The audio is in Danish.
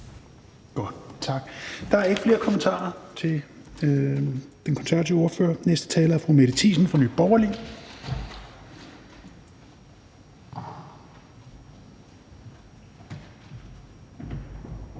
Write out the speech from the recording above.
Tak. Der er ikke flere kommentarer til den konservative ordfører. Den næste taler er fru Mette Thiesen fra Nye Borgerlige.